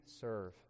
serve